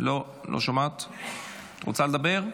רוצה לדבר?